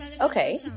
okay